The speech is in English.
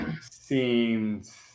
seems